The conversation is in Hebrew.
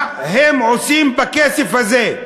מה הם עושים בכסף הזה?